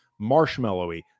marshmallowy